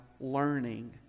learning